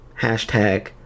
hashtag